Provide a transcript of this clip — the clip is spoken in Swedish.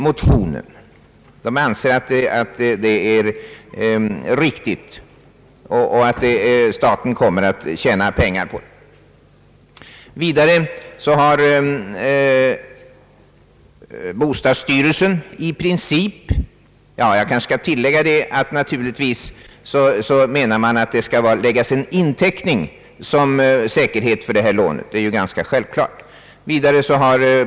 Poststyrelsen anser att motionsförslaget är väl motiverat och att staten kommer att tjäna pengar på dess genomförande men framhåller att inteckningssäkerhet skall lämnas. Jag kanske skall tillägga, att meningen naturligtvis är att inteckning skall läggas såsom säkerhet för detta lån. Detta är ju ganska självklart.